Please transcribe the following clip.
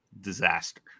disaster